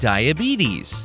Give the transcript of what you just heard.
Diabetes